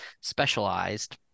specialized